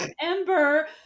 ember